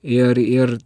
ir ir